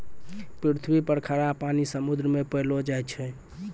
पृथ्वी पर खारा पानी समुन्द्र मे पैलो जाय छै